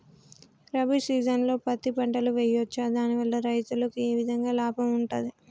రబీ సీజన్లో పత్తి పంటలు వేయచ్చా దాని వల్ల రైతులకు ఏ విధంగా లాభం ఉంటది?